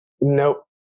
Nope